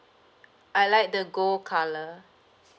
I like the gold colour